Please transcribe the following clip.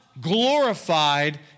glorified